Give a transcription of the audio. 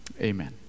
amen